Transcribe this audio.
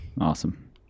Awesome